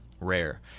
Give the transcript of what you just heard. rare